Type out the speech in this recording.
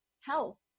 health